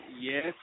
Yes